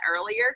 earlier